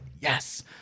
Yes